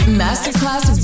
masterclass